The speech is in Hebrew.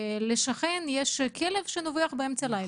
לשכן יש כלב שנובח באמצע הלילה.